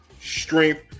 strength